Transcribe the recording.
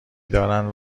دارند